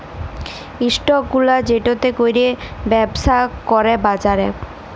stock গুলা যেটতে ক্যইরে ব্যবছা ক্যরে বাজারে